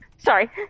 sorry